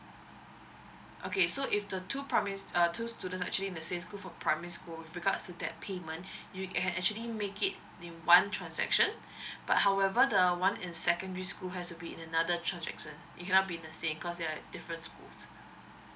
okay so if the two primary uh two students are actually in the same school for primary school with regards to that payment you can actually make it in one transaction but however the one in secondary school has to be in another transaction it cannot be in the same cause they are difference schools